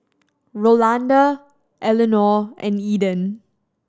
Rolanda Elinor and Eden